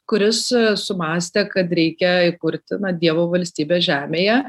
kuris sumąstė kad reikia įkurti na dievo valstybę žemėje